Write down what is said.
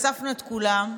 אספנו את כולן,